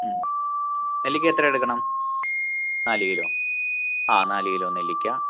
നെല്ലിക്ക എത്ര എടുക്കണം നാല് കിലോ ആ നാല് കിലോ നെല്ലിക്ക